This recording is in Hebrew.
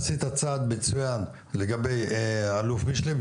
עשית צעד מצוין לגבי אלוף משנה,